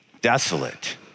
desolate